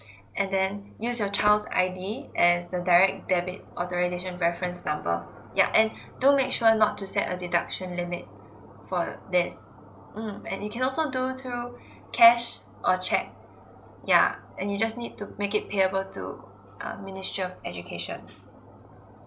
and then use your child's I_D as the direct debit authorisation reference number yeah and do make sure not to set a deduction limit for this mm and you can also do through cash or cheque yeah and you just need to make it payable to uh ministry of education